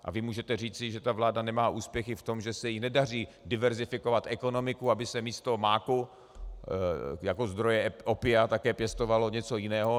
A vy můžete říci, že ta vláda nemá úspěchy v tom, že se jí nedaří diverzifikovat ekonomiku, aby se místo máku jako zdroje opia také pěstovalo něco jiného.